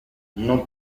non